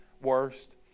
worst